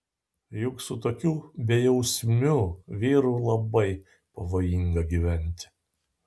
juk su tokiu bejausmiu vyru labai pavojinga gyventi